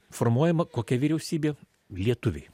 formuojama kokia vyriausybė lietuviai